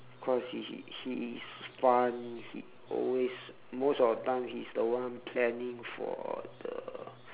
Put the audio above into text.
cause he he he is fun he always most of the time he's the one planning for the